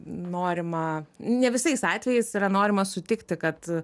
norima ne visais atvejais yra norima sutikti kad